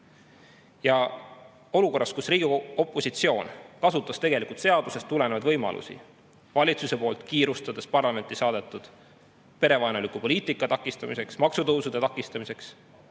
Olukorras, kus Riigikogu opositsioon kasutas seadusest tulenevaid võimalusi valitsuse poolt kiirustades parlamenti saadetud perevaenuliku poliitika ja maksutõusude takistamiseks,